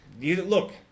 look